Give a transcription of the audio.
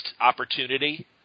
opportunity